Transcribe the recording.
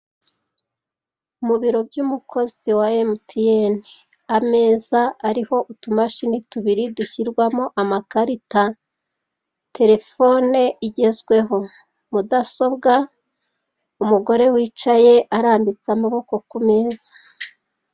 Mu biro by'umukozi wa emutiyeni, ameza ariho utumashini tubiri dushyirwamo amakarita, telefone igezweho, mudasobwa, umugore wicaye arambitse amaboko k'umeza.